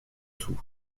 tout